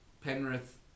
Penrith